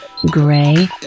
Gray